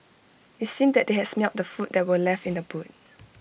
IT seemed that they has smelt the food that were left in the boot